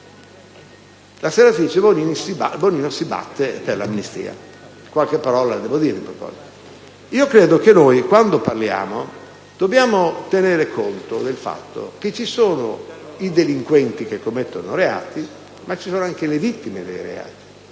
La senatrice Bonino si batte per l'amnistia: qualche parola la devo dire in proposito. Credo che quando parliamo dobbiamo tener conto del fatto che ci sono i delinquenti che commettono i reati ma ci sono anche le vittime dei reati.